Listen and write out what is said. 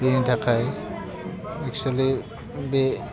बेनि थाखाय एकसुलि बे